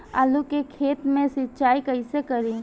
आलू के खेत मे सिचाई कइसे करीं?